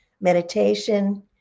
meditation